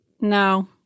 No